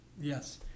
Yes